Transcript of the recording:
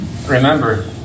Remember